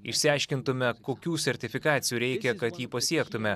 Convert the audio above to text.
išsiaiškintume kokių sertifikacijų reikia kad jį pasiektume